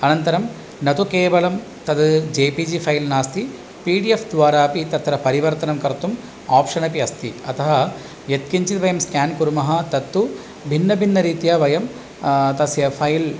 अनन्तरं न तु केवलं तत् जे पी जी फैल् नास्ति पी डी एफ़् द्वारा अपि तत्र परिवर्तनं कर्तुम् आप्शन् अपि अस्ति अतः यत्किञ्चित् वयं स्केन् कुर्मः तत्तु भिन्नभिन्नरीत्या वयं तस्य फैल्